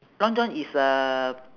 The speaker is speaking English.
long john is uh